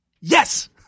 Yes